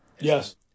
yes